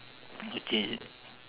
no change